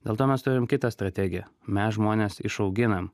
dėl to mes turim kitą strategiją mes žmones išauginam